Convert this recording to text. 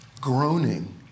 groaning